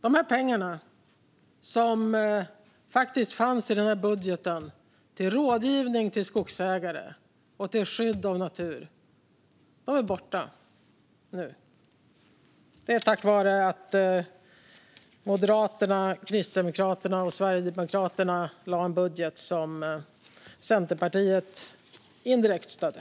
De pengar till rådgivning till skogsägare och skydd av natur som faktiskt fanns i den här budgeten är borta nu. Det är på grund av att Moderaterna, Kristdemokraterna och Sverigedemokraterna lade fram en budget som Centerpartiet indirekt stödde.